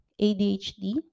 adhd